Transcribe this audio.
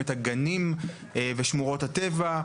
את הגנים ושמורות הטבע.